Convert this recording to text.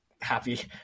happy